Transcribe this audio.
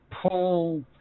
pull